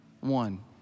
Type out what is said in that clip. one